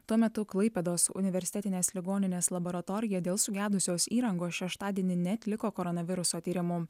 tuo metu klaipėdos universitetinės ligoninės laboratorija dėl sugedusios įrangos šeštadienį neatliko koronaviruso tyrimų